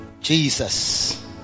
Jesus